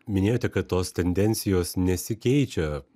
minėjote kad tos tendencijos nesikeičia